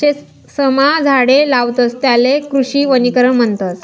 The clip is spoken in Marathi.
शेतसमा झाडे लावतस त्याले कृषी वनीकरण म्हणतस